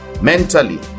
mentally